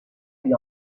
lui